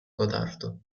codardo